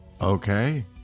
Okay